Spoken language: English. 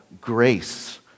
grace